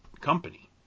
company